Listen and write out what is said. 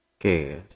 Okay